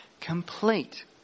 complete